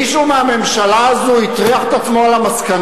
מישהו מהממשלה הזאת הטריח את עצמו למסקנות?